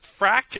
Frack